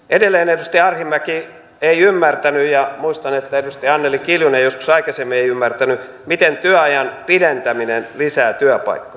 edelleen edustaja arhinmäki ei ymmärtänyt ja muistan että edustaja anneli kiljunen joskus aikaisemmin ei ymmärtänyt miten työajan pidentäminen lisää työpaikkoja